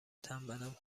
تنبلم